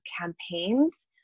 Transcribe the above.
campaigns